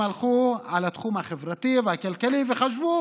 הם הלכו על התחום החברתי והכלכלי וחשבו